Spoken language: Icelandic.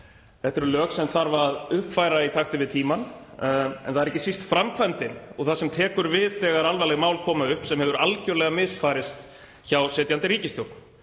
Þetta eru lög sem þarf að uppfæra í takti við tímann en það er ekki síst framkvæmdin og það sem tekur við þegar alvarleg mál koma upp sem hefur algerlega misfarist hjá sitjandi ríkisstjórn.